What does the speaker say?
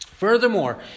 Furthermore